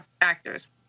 actors